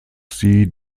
sie